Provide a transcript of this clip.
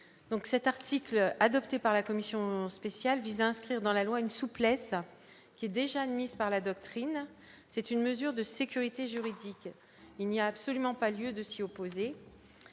Donc cet article adopté par la commission spéciale visant à inscrire dans la loi une souplesse qui est déjà admise par la doctrine, c'est une mesure de sécurité juridique, il n'y a absolument pas lieu de s'y opposer